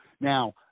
Now